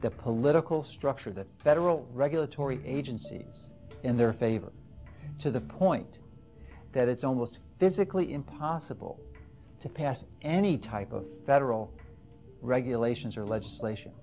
the political structure that federal regulatory agencies in their favor to the point that it's almost physically impossible to pass any type of federal regulations or legislation